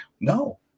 no